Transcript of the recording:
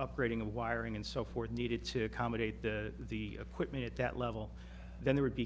upgrading the wiring and so forth needed to accommodate the the equipment at that level then there would be